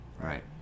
Right